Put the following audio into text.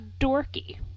dorky